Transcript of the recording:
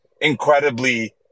incredibly